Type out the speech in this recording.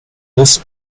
this